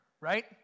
right